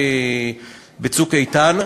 ב"צוק איתן",